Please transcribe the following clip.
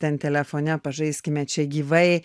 ten telefone pažaiskime čia gyvai